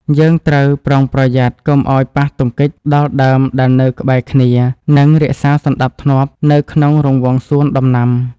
យើងត្រូវប្រុងប្រយ័ត្នកុំឱ្យប៉ះទង្គិចដល់ដើមដែលនៅក្បែរគ្នា និងរក្សាសណ្តាប់ធ្នាប់នៅក្នុងរង្វង់សួនដំណាំ។